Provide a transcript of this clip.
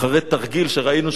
אחרי תרגיל שראינו,